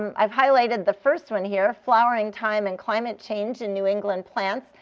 um i've highlighted the first one here, flowering time and climate change in new england plants.